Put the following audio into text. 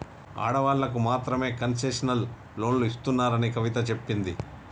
ఆడవాళ్ళకు మాత్రమే కన్సెషనల్ లోన్లు ఇస్తున్నారని కవిత చెప్పింది